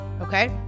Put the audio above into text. Okay